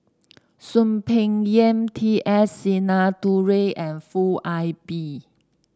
Soon Peng Yam T S Sinnathuray and Foo Ah Bee